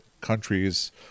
countries